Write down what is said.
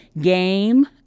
game